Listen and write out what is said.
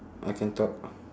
I can talk